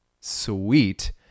sweet